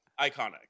Iconic